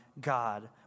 God